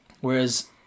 Whereas